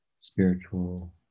spiritual